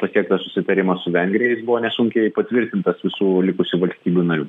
pasiektas susitarimas su vengrijoje buvo nesunkiai patvirtintas visų likusių valstybių narių